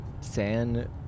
San